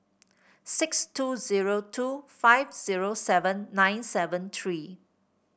six two zero two five zero seven nine seven three